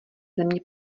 země